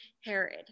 Herod